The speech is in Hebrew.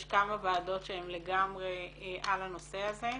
יש כמה ועדות שהן לגמרי על הנושא הזה.